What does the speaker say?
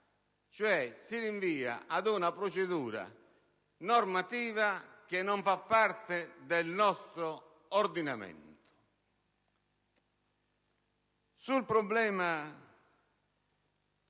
cioè si rinvia ad una procedura normativa che non fa parte del nostro ordinamento. Sul problema